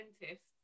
dentists